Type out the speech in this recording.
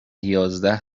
یازده